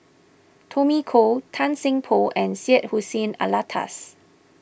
Tommy Koh Tan Seng Poh and Syed Hussein Alatas